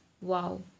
wow